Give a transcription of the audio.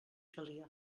calia